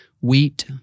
wheat